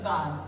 God